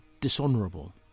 dishonourable